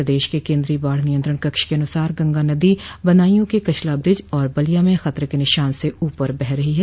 प्रदेश के केन्द्रीय बाढ़ नियंत्रण कक्ष के अनुसार गंगा नदी बदायूं के कछला ब्रिज और बलिया में खतरे के निशान से ऊपर बह रही है